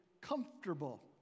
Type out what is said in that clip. comfortable